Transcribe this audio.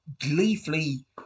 gleefully